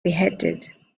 beheaded